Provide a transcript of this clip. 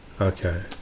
Okay